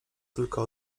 tylko